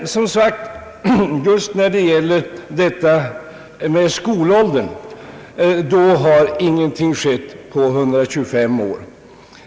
När det gäller skolåldern har dock, som sagt, ingenting skett på 125 år.